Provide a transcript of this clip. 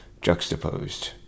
juxtaposed